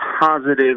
positive